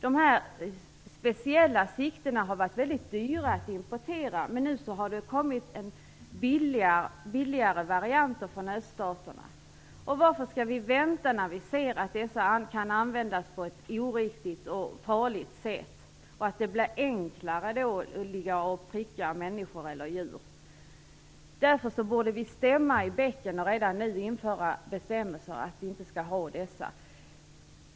De här speciella siktena har tidigare varit väldigt dyra att importera, men nu har det kommit billigare varianter från öststaterna. Varför skall vi vänta när vi ser att dessa lasersikten kan användas på ett oriktigt och farligt sätt? De gör det ju enklare att pricka människor eller djur. Vi borde stämma i bäcken och redan nu införa bestämmelser om att vi inte skall ha dessa.